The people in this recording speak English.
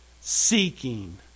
seeking